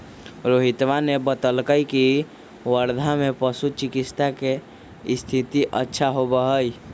रोहितवा ने बतल कई की वर्धा में पशु चिकित्सा के स्थिति अच्छा होबा हई